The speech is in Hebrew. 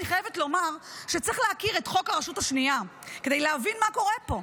אני חייבת לומר שצריך להכיר את חוק הרשות השנייה כדי להבין מה קורה פה.